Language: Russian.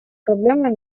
проблемой